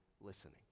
listening